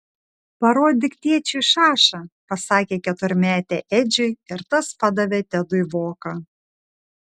parodyk tėčiui šašą pasakė keturmetė edžiui ir tas padavė tedui voką